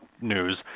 news